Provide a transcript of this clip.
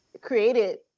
created